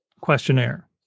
questionnaire